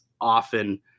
often